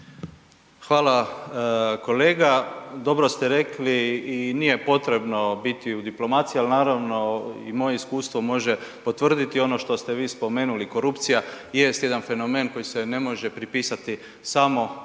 Hvala kolega. Dobro ste rekli i nije potrebno biti u diplomaciji, al naravno i moje iskustvo može potvrditi ono što ste vi spomenuli, korupcija jest jedan fenomen koji se ne može pripisati samo jednoj